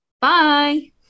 Bye